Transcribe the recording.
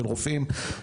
של רופאים,